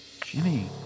Jimmy